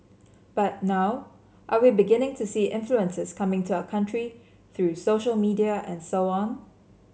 but now are we beginning to see influences coming to our country through social media and so on